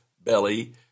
belly